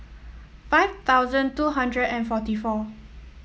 five thousand two hundred and forty four